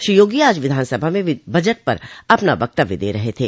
श्री योगी आज विधानसभा में बजट पर अपना वक्तव्य दे रहे थे